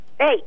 Hey